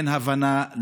אין הבנה,